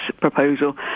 proposal